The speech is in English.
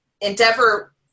endeavor